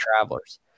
Travelers